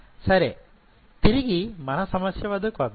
సరే తిరిగి మన సమస్య వద్దకు వద్దాం